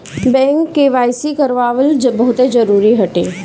bank KYC करावल बहुते जरुरी हटे